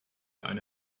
eine